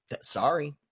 sorry